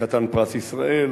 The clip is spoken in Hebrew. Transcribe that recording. חתן פרס ישראל,